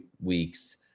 weeks